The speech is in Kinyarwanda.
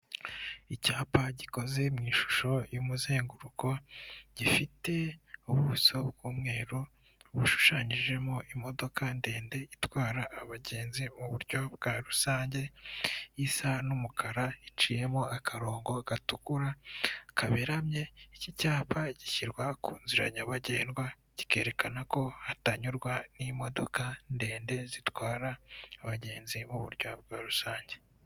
Icyapa gikoze m'ishusho y'umuzenguruko gifite ubuso bw'umweru bushushanyijemo imodoka ndende itwara abagenzi mu buryo bwa rusange isa n'umukara iciyemo akarongo gatukura kaberamye iki cyapa gishyirwa ku nzira nyabagendwa kikerekana ko hatanyurwa n'imodoka ndende zitwara abagenzi mu' buryo bwa rusange.